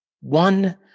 one